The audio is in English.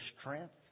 strength